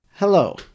Hello